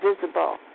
visible